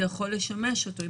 זה יכול לשמש אותו.